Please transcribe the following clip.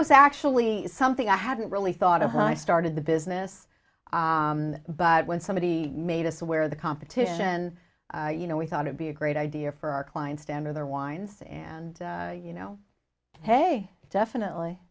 was actually something i hadn't really thought of how i started the business but when somebody made us aware of the competition you know we thought it be a great idea for our clients to enter their wines and you know hey definitely